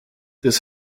this